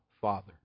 Father